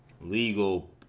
legal